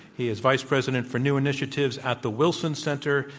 he is vice president for new initiatives at the wilson center.